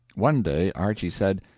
one day archy said,